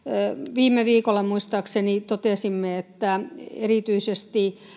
viime viikolla muistaakseni totesimme että erityisesti